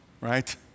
right